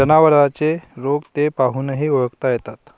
जनावरांचे रोग ते पाहूनही ओळखता येतात